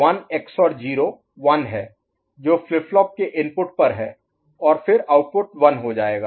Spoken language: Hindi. तो 1 XOR 0 1 है जो फ्लिप फ्लॉप के इनपुट पर है और फिर आउटपुट 1 हो जाएगा